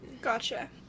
Gotcha